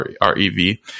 R-E-V